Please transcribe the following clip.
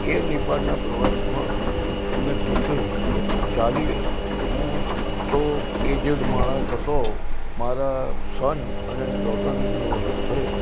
એ નેપાળના પ્રવાસમાં અમે પોતે ચાળીસ હું તો એજેડ માણસ હતો મારા સન અને ડોટરઇન લો સાથે